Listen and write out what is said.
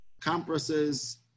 compresses